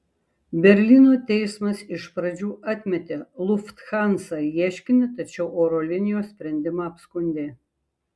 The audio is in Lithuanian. berlyno teismas iš pradžių atmetė lufthansa ieškinį tačiau oro linijos sprendimą apskundė